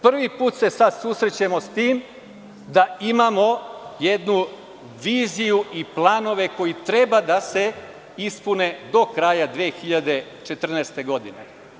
Prvi put se sada susrećemo s tim da imamo jednu viziju i planove koji treba da se ispune do kraja 2014. godine.